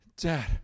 Dad